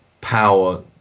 power